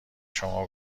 شما